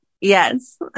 yes